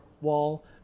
wall